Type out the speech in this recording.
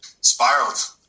spiraled